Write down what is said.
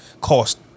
cost